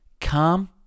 calm